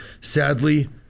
Sadly